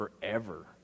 forever